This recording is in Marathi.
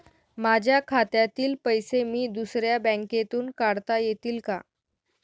माझ्या खात्यातील पैसे मी दुसऱ्या बँकेतून काढता येतील का?